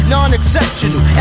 Non-exceptional